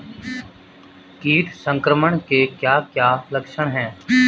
कीट संक्रमण के क्या क्या लक्षण हैं?